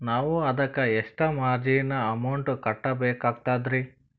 ನಾವು ಅದಕ್ಕ ಎಷ್ಟ ಮಾರ್ಜಿನ ಅಮೌಂಟ್ ಕಟ್ಟಬಕಾಗ್ತದ್ರಿ?